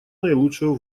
наилучшего